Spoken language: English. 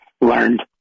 learned